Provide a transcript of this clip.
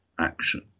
action